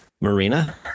Marina